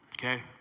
okay